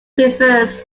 prefers